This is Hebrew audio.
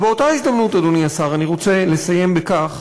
ובאותה הזדמנות, אדוני השר, אני רוצה לסיים בכך